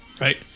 Right